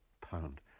pound